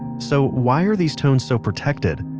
so, why are these tones so protected?